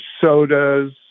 sodas